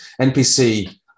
NPC